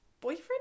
boyfriend